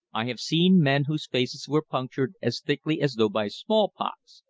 i have seen men whose faces were punctured as thickly as though by small-pox,